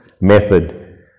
method